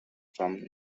from